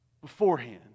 Beforehand